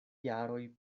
jaroj